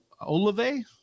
Olave